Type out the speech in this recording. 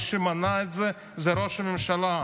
ומי שמנע את זה הוא ראש הממשלה.